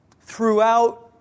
throughout